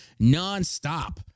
nonstop